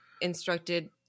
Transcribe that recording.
instructed